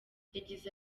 yagize